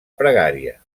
pregària